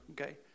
okay